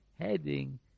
Heading